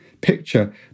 picture